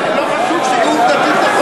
לא חשוב, שיהיו עובדתית נכונים.